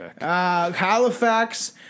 Halifax